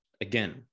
again